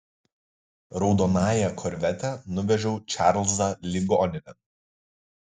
raudonąja korvete nuvežiau čarlzą ligoninėn